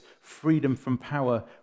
freedom-from-power